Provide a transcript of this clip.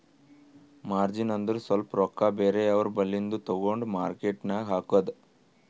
margin ಅಂದುರ್ ಸ್ವಲ್ಪ ರೊಕ್ಕಾ ಬೇರೆ ಅವ್ರ ಬಲ್ಲಿಂದು ತಗೊಂಡ್ ಮಾರ್ಕೇಟ್ ನಾಗ್ ಹಾಕದ್